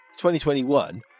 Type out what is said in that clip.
2021